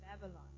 Babylon